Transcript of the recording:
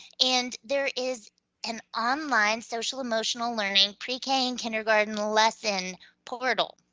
and there is an online social-emotional learning pre-k and kindergarten lesson portal.